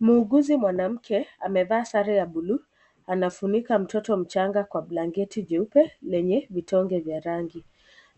Muuguzi mwanamke amevaa sare ya bluu, anafunika mtoto mchanga kwa blanketi cheupe lenye vitonge vya rangi.